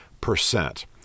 percent